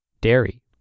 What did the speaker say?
dairy